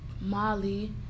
Molly